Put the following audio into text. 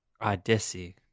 Odyssey